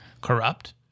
corrupt